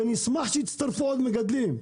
ואני בוודאי אשמח שיצטרפו עוד מגדלים,